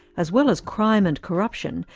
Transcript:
as well as crime and corruption,